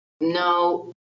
no